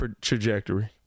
trajectory